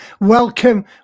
welcome